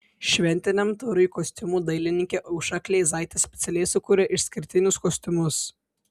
šventiniam turui kostiumų dailininkė aušra kleizaitė specialiai sukūrė išskirtinius kostiumus